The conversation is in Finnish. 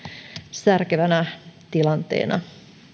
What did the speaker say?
särkevänä tilanteena